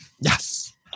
Yes